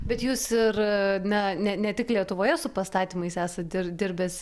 bet jūs ir na ne ne tik lietuvoje su pastatymais esat dir dirbęs